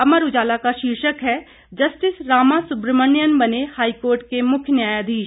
अमर उजाला की शीर्षक है जस्टिस रामासुब्रमण्यन बने हाईकोर्ट के मुख्य न्यायाधीश